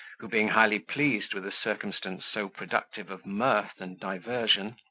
who, being highly pleased with a circumstance so productive of mirth and diversion,